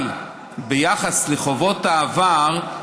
אבל ביחס לחובות העבר,